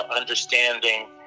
understanding